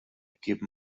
equip